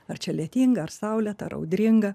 ar čia lietinga ar saulėta ar audringa